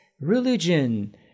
religion